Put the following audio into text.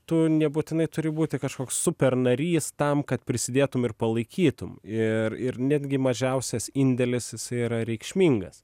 tu nebūtinai turi būti kažkoks super narys tam kad prisidėtum ir palaikytum ir ir netgi mažiausias indėlis jisai yra reikšmingas